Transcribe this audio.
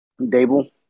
Dable